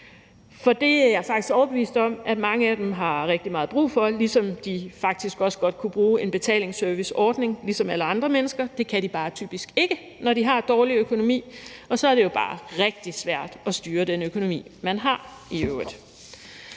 for det er jeg faktisk overbevist om at mange af dem har rigtig meget brug for, ligesom de faktisk også godt kunne bruge en betalingsserviceordning, som alle andre mennesker har. Det kan de bare typisk ikke få, når de har dårlig økonomi, og så er det jo bare rigtig svært at styre den økonomi, man har.